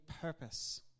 purpose